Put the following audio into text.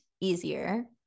easier